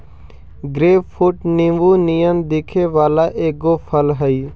grapefruit नींबू नियन दिखे वला एगो फल हई